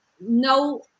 no